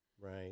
Right